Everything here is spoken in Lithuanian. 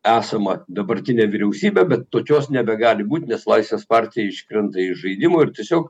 esama dabartinė vyriausybė bet tokios nebegali būt nes laisvės partija iškrenta iš žaidimo ir tiesiog